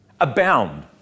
abound